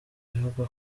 ivuga